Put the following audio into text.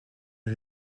est